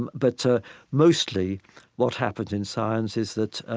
and but mostly what happens in science is that